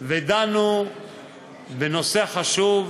ודנו בנושא חשוב,